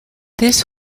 this